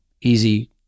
easy